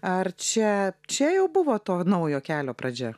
ar čia čia jau buvo to naujo kelio pradžia